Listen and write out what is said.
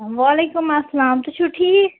وعلیکُم اَلسلام تُہۍ چھُو ٹھیٖک